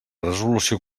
resolució